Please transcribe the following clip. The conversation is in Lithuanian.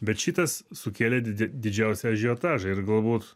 bet šitas sukėlė didžiausią ažiotažą ir galbūt